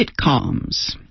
sitcoms